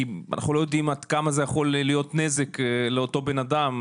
כי אנחנו לא יודעים עד כמה זה יכול להיות נזק לאותו בנאדם,